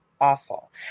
awful